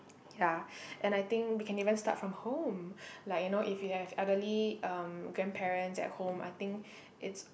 ya and I think we can even start from home like you know if you have elderly um grandparents at home I think it's